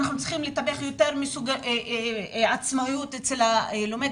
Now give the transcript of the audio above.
שאנחנו צריכים לטפח ליותר עצמאות אצל הלומד,